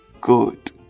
good